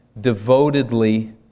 devotedly